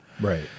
Right